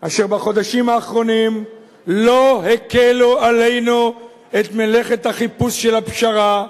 אשר בחודשים האחרונים לא הקלו עלינו את מלאכת החיפוש של הפשרה,